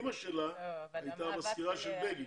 אמא שלה הייתה מזכירה של בגין.